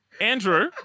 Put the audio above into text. Andrew